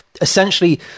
Essentially